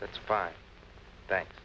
that's fine thanks